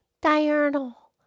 Diurnal